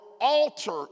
alter